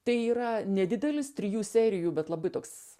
tai yra nedidelis trijų serijų bet labai toks